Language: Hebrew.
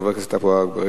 של חבר הכנסת עפו אגבאריה,